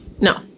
No